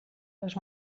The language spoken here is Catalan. les